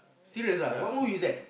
seriously ah what movie is that